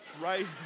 right